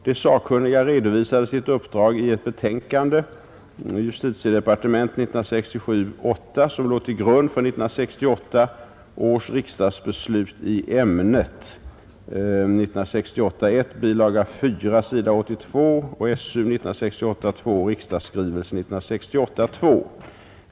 De sakkunniga redovisade sitt uppdrag i ett betänkande , som låg till grund för 1968 års riksdagsbeslut i ämnet .